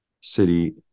city